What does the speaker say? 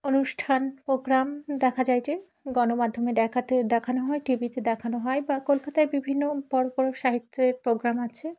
অনুষ্ঠান প্রোগ্রাম দেখা যায় যে গণমাধ্যমে দেখাতে দেখানো হয় টি ভিতে দেখানো হয় বা কলকাতায় বিভিন্ন বড় বড় সাহিত্যের প্রোগ্রাম আছে